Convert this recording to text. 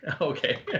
Okay